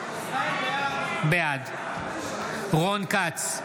בעד רון כץ,